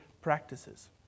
practices